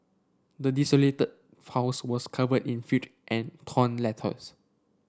the desolated house was covered in filth and torn letters